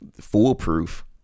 foolproof